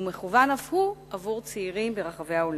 ומכוון אף הוא לצעירים ברחבי העולם.